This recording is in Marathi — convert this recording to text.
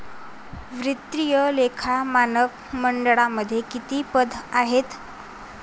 वित्तीय लेखा मानक मंडळामध्ये किती पदे आहेत?